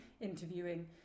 interviewing